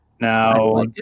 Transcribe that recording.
now